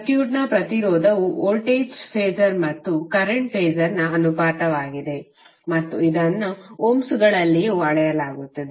ಸರ್ಕ್ಯೂಟ್ನ ಪ್ರತಿರೋಧವು voltage phasor ಮತ್ತು ಕರೆಂಟ್ ಫಾಸರ್ನ ಅನುಪಾತವಾಗಿದೆ ಮತ್ತು ಇದನ್ನು ಓಮ್ಸ್ ಗಳ ಲ್ಲಿಯೂ ಅಳೆಯಲಾಗುತ್ತದೆ